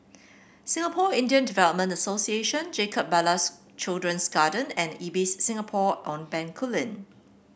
Singapore Indian Development Association Jacob Ballas Children's Garden and Ibis Singapore on Bencoolen